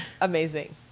amazing